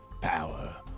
power